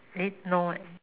eh no leh